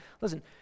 Listen